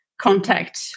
contact